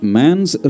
man's